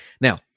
Now